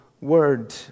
word